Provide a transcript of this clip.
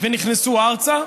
ונכנסו ארצה,